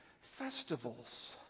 festivals